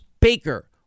baker